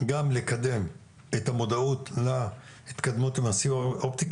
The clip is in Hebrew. גם לקדם את המודעות להתקדמות עם הסיב האופטי.